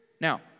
Now